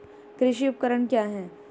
कृषि उपकरण क्या है?